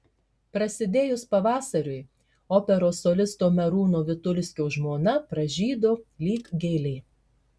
prasidėjus pavasariui operos solisto merūno vitulskio žmona pražydo lyg gėlė